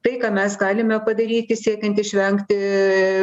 tai ką mes galime padaryti siekiant išvengti